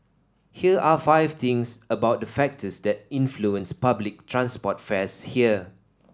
here are five things about the factors that influence public transport fares here